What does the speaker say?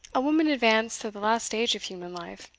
a woman advanced to the last stage of human life,